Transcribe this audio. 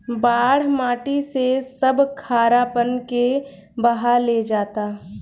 बाढ़ माटी से सब खारापन के बहा ले जाता